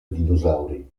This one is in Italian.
dinosauri